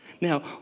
Now